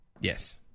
Yes